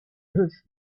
his